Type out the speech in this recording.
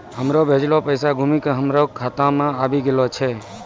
हमरो भेजलो पैसा घुमि के हमरे खाता मे आबि गेलो छै